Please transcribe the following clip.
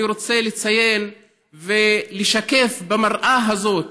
אני רוצה לציין ולשקף במראה הזאת,